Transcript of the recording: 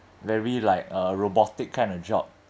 very like a robotic kind of job